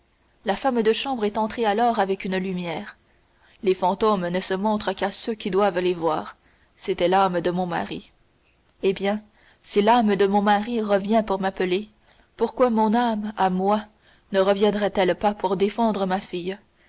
la femme de chambre est entrée alors avec une lumière les fantômes ne se montrent qu'à ceux qui doivent les voir c'était l'âme de mon mari eh bien si l'âme de mon mari revient pour m'appeler pourquoi mon âme à moi ne reviendrait elle pas pour défendre ma fille